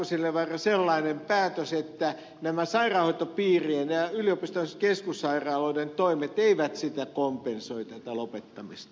asko seljavaara sellainen päätös että nämä sairaanhoitopiirien ja yliopistollisten keskussairaaloiden toimet eivät kompensoi tätä lopettamista